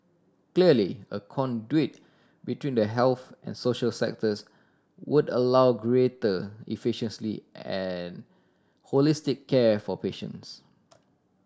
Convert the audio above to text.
clearly a conduit between the health and social sectors would allow greater and holistic care for patients